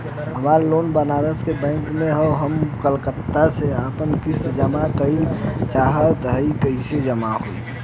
हमार लोन बनारस के बैंक से ह हम कलकत्ता से आपन किस्त जमा कइल चाहत हई हो जाई का?